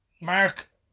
Mark